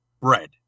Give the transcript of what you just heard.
bread